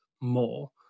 more